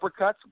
uppercuts